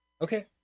Okay